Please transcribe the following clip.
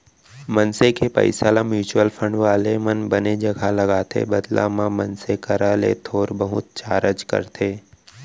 मनसे के पइसा ल म्युचुअल फंड वाले मन बने जघा लगाथे बदला म मनसे करा ले थोर बहुत चारज करथे